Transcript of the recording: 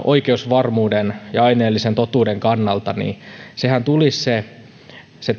oikeusvarmuuden ja aineellisen totuuden kannalta se se